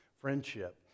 friendship